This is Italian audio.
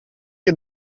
che